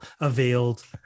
availed